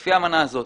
לפי האמנה הזו,